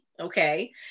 Okay